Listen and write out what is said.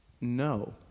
no